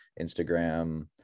instagram